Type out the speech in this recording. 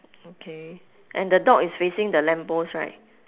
okay and the dog is facing the lamp post right